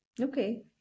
Okay